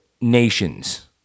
nations